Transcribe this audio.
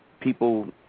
people